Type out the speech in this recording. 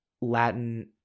Latin